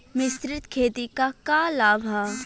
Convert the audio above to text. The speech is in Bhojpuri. मिश्रित खेती क का लाभ ह?